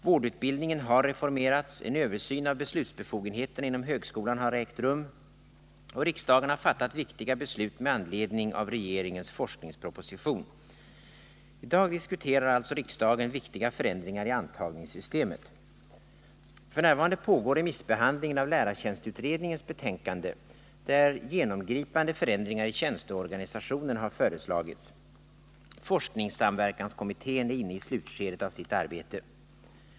Vårdutbildningen har reformerats, en översyn av beslutsbefogenheterna inom högskolan har ägt rum och riksdagen har fattat viktiga beslut med anledning av regeringens forskningsproposition. I dag diskuterar alltså riksdagen viktiga förändringar i antagningssystemet. F. n. pågår remissbehandlingen av lärartjänstutredningens betänkande, där genomgripande förändringar i tjänsteorganisationen har föreslagits. Forskningssamverkanskommittén är inne i slutskedet av sitt arbete.